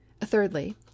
Thirdly